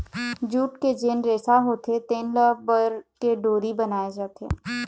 jute के जेन रेसा होथे तेन ल बर के डोरी बनाए जाथे